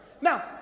now